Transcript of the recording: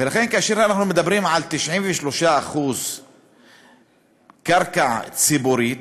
ולכן, כאשר אנחנו מדברים על 93% קרקע ציבורית,